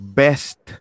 best